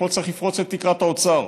ופה צריך לפרוץ את תקרת ההוצאה,